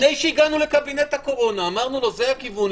לפני שהגענו לקבינט הקורונה אמרנו לו שזה הכיוון,